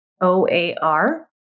O-A-R